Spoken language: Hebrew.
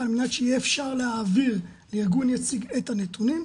על מנת שאפשר להעביר לארגון יציג את הנתונים,